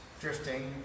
drifting